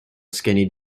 skinny